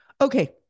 Okay